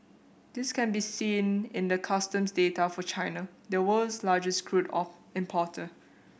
this can be seen in the custom data for China the world's largest crude of importer